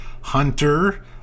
hunter